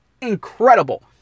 incredible